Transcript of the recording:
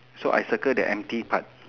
so I circle the empty part